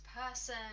person